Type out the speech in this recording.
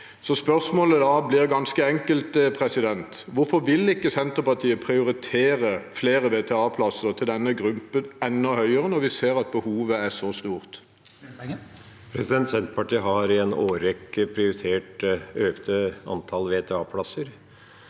Spørsmålet blir ganske enkelt: Hvorfor vil ikke Senterpartiet prioritere flere VTA-plasser til denne gruppen enda høyere, når vi ser at behovet er så stort? Per Olaf Lundteigen (Sp) Senterpartiet har i en årrekke prioritert et økt antall VTA-plasser.